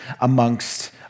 amongst